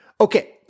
Okay